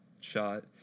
shot